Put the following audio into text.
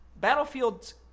Battlefield's